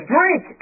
Drink